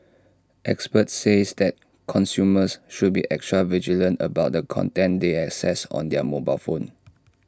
experts say that consumers should be extra vigilant about the content they access on their mobile phone